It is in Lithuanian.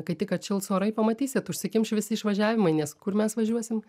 kai tik atšils orai pamatysit užsikimš visi išvažiavimai nes kur mes važiuosim